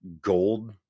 gold